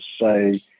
say